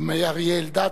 גם אריה אלדד,